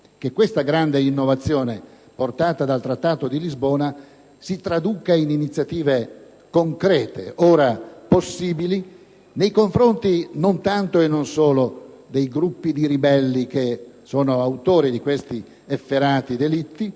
che questa grande innovazione portata dal Trattato di Lisbona si traduca in iniziative concrete, ora possibili, non tanto e non solo nei confronti dei gruppi di ribelli che sono autori di questi efferati delitti